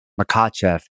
Makachev